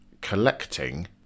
collecting